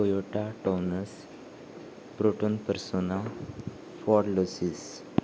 Toyota town ace proton persona ford luis